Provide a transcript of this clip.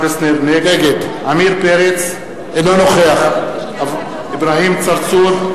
עמיר פרץ, אינו נוכח אברהים צרצור,